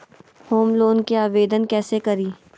Home loan के आवेदन कैसे करि?